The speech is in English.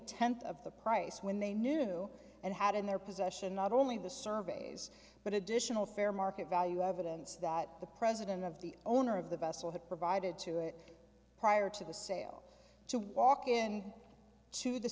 tenth of the price when they knew and had in their possession not only the surveys but additional fair market value evidence that the president of the owner of the vessel had provided to it prior to the sale to walk in to the